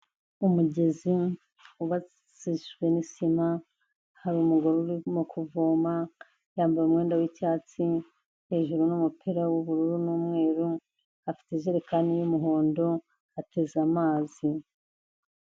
Umugezi wubakishijwe nisima hari umugore urimo kuvoma yambaye umwenda w'icyatsi hejuru n'umupira w'ubururu n'umweru afite izererekani y'umuhondo ateze amazi..